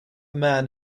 man